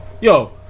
Yo